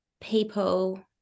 people